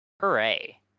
hooray